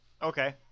okay